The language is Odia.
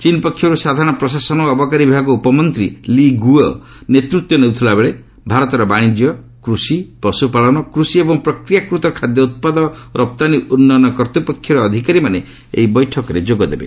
ଚୀନ୍ ପକ୍ଷର୍ ସାଧାରଣ ପ୍ରଶାସନ ଓ ଅବକାରୀ ବିଭାଗ ଉପମନ୍ତ୍ରୀ ଲି ଗ୍ରଓ ନେତୃତ୍ୱ ନେଉଥିବାବେଳେ ଭାରତର ବାଣିଜ୍ୟ କୃଷି ପଶୁପାଳକ କୃଷି ଏବଂ ପ୍ରକ୍ୟାକୃତ ଖାଦ୍ୟ ଉତ୍ପାଦ ରପ୍ତାନୀ ଉନ୍ୟୁନ କର୍ତ୍ତପକ୍ଷର ଅଧିକାରୀମାନେ ଏହି ବୈଠକରେ ଯୋଗଦେବେ